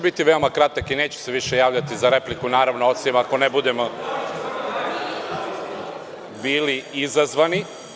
Biću veoma kratak i neću se više javljati za repliku, osim ako ne budemo bili izazvani.